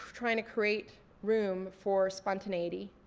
trying to create room for spontaneity,